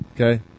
okay